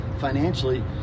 financially